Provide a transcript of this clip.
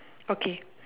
okay